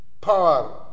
power